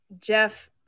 Jeff